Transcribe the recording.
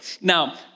Now